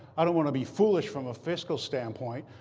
i don't want to be foolish from a fiscal standpoint.